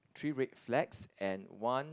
three red flags and one